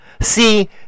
See